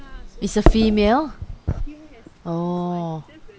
it's a female orh